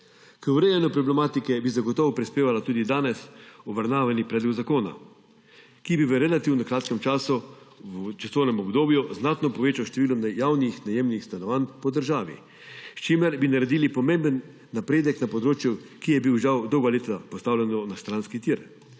K urejanju problematike bi zagotovo prispeval tudi danes obravnavani predlog zakona, ki bi v relativno kratkem časovnem obdobju znatno povečal število javnih najemnih stanovanj po državi, s čimer bi naredili pomemben napredek na področju, ki je bilo žal dolga leta postavljeno na stranski tir.